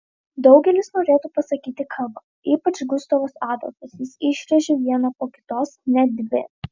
daugelis norėtų pasakyti kalbą ypač gustavas adolfas jis išrėžia vieną po kitos net dvi